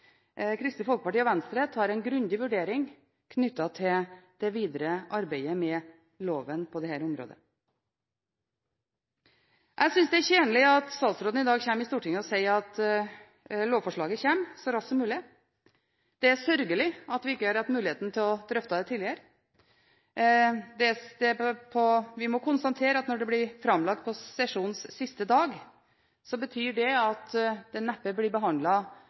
Kristelig Folkeparti og Venstre tar en grundig vurdering knyttet til det videre arbeidet med loven på dette området. Jeg synes det er tjenlig at statsråden i dag kommer i Stortinget og sier at lovforslaget kommer så raskt som mulig. Det er sørgelig at vi ikke har hatt muligheten til å drøfte det tidligere. Vi må konstatere at når det blir framlagt på sesjonens siste dag, betyr det at det neppe blir